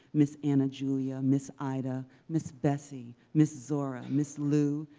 miss anna julia, miss ida, miss bessie, miss zora, miss lou,